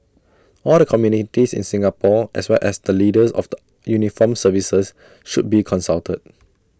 all the communities in Singapore as well as the leaders of the uniformed services should be consulted